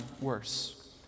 worse